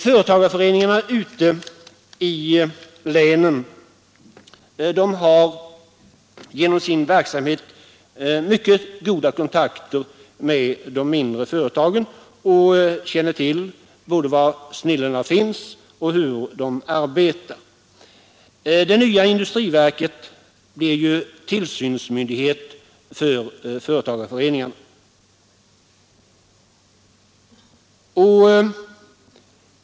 Företagarföreningarna ute i länen har genom sin verksamhet mycket goda kontakter med de mindre företagen och känner till både var snillena finns och hur de arbetar. Det nya industriverket blir ju tillsynsmyndighet för företagarföreningarna.